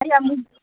ꯑꯩ ꯑꯃꯨꯛ